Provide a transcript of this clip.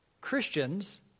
Christians